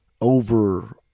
over